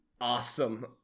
awesome